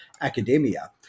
academia